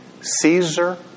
Caesar